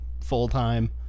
full-time